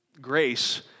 grace